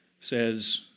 says